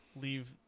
leave